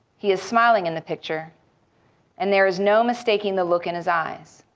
he is smiling in the picture and there is no mistaking the look in his eyes.